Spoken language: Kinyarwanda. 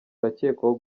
arakekwaho